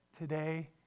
today